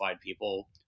people